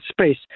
space